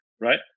right